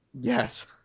yes